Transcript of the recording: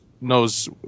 Knows